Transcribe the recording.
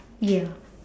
ya